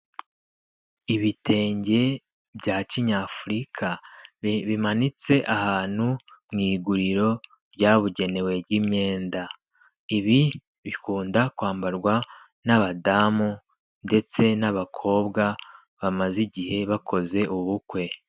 Ibitenge bya kinyafurika bimanitse ahantu mu iguriro ryabugenewe ry'imyenda. Ibi bikunda kwambarwa n'abadamu ndetse n'abakobwa bamaze igihe bakoze ubukwe.